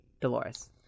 Dolores